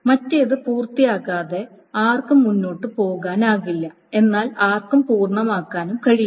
മറ്റേത് പൂർത്തിയാക്കാതെ ആർക്കും മുന്നോട്ട് പോകാനാകില്ല എന്നാൽ ആർക്കും പൂർണ്ണമാക്കാനും കഴിയില്ല